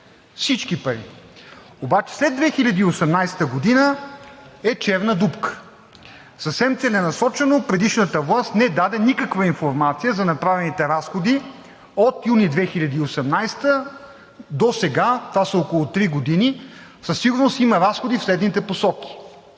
Всички пари! Обаче след 2018 г. е черна дупка. Съвсем целенасочено предишната власт не даде никаква информация за направените разходи от юли 2018 г. досега – това са около три години. Със сигурност има разходи в следните посоки: